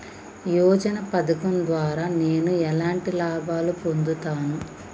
యోజన పథకం ద్వారా నేను ఎలాంటి లాభాలు పొందుతాను?